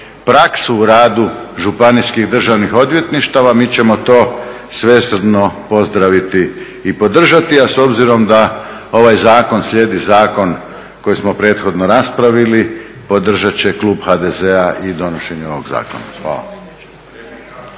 praksu u radu Županijskih državnih odvjetništava mi ćemo to svesrdno pozdraviti i podržati, a s obzirom da ovaj zakon slijedi zakon koji smo prethodno raspravili podržat će klub HDZ-a i donošenje ovog zakona. Hvala.